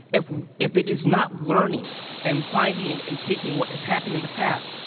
if if it is not learning and finding and taking what has happened in the past,